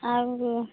ଆଉ